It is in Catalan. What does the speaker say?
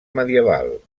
medieval